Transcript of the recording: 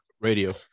Radio